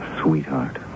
sweetheart